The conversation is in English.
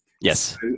Yes